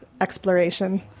exploration